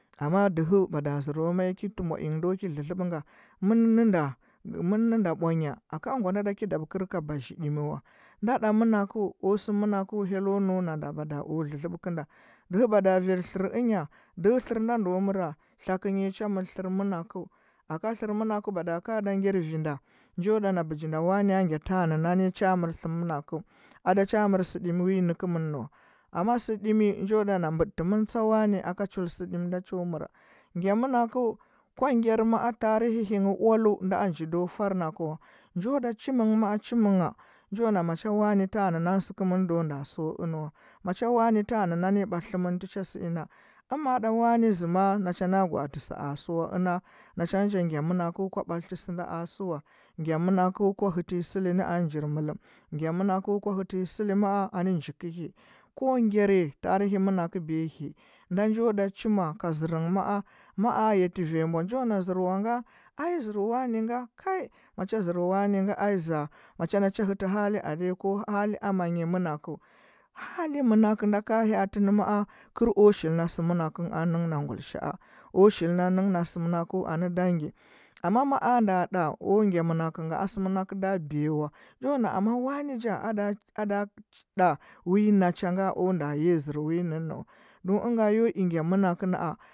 Amma dɚhɚ mada zɚro mai ketɚ mbwa ingɚ ndo ki dlɚdlɚɓɚ nga, mɚn nɚnda, mɚn nɚnda bwanya aka ngwa nda da ki dabɚkɚr ka bazhi ɗimi wa nda ɗa mɚnakɚu o sɚ mɚnakɚu, hyelo nɚunanda bada o dlɚdlɚbɚ kɚnda dɚhɚ bada vir tlɚr ɚnya, dɚhɚ tlɚr nda ndo mɚra tlakɚnyi cha mɚr thɚr mɚnakɚu aka tlɚr mɚnakɚ bada ka da ngyar vinda njo da na bijinda wane ongya tanɚ nani, cha mɚrsɚ mɚnakɚu, adacha mɚr sɚɗimi nɚkɚmɚnnɚ wo amma sɚ ɗimi njo da na mbɚdɚtɚmɚn tsa wane aka chul sɚɗimi nda cha mɚra ngya mɚnakɚu kwar ngyar ma’a tarihi hinghɚ ualu nda a nji do farnakɚ wa njo da chimɚnghɚ ma’a chimɚngha, njo na macha wane tanɚ nani a sɚkɚmɚnnɚ do nda sɚwa ɚnɚ wa macha wane tanɚ nani batlɚtɚmɚn tɚcha sɚina ama ɗa wane zɚma nacha na gwaati sa sɚwa ɚna? Nachangɚ ja ngya mɚmakɚ kwa batlɚtɚ sɚnda a sɚwa ngye mɚnakɚu kwa hɚtɚnyi sɚli anɚ njir mɚlɚm ngya mɚnakɚu kwa hɚtɚnyi sɚli maa anɚ nji kɚhi ko ngyari tarihi mɚnakɚu behi nda njo da chuna ka zɚrnahɚ ma’a ma a yetɚ vangya bwa njoo na zɚrwanga? Ai zɚr wane nga kai, ai macha zɚr wane ngɚ ai za macha nacha hɚtɚ hali adanyi ko hali amanyi, mɚnakɚu hali mɚnakɚ nda ka hyatɚni ma’a kɚl o shilna sɚ mɚnakɚu anɚ nɚnghna ngulisha’a, o shilna nɚnghna sɚmɚnakɚu anɚ dangi amma ma a nda ɗa a ngya mɚnakɚnga a sɚ mɚnakɚ da biya wa eo na amma wane ja ada, ada ɗa wi achanga o nda yiya zɚr wi nɚnnɚwa don ɚnga yo i ngya mɚnakɚ na’a.